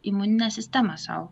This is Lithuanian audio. imuninę sistemą sau